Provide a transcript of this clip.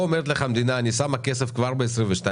פה אומרת לך המדינה: אני שמה כסף כבר ב-2022,